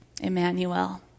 Emmanuel